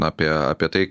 apie apie tai